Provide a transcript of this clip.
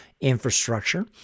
infrastructure